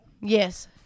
Yes